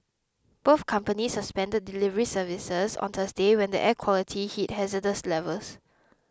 both companies suspended delivery service on Thursday when the air quality hit hazardous levels